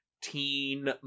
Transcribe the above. teen